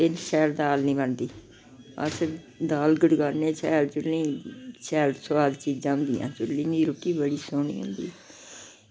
बिंद शैल दाल निं बनदी अस दाल गड़कान्ने शैल चुल्लीं शैल सोआद चीजां होंदियां चुल्ली दी रुट्टी बड़ी सोह्नी होंदी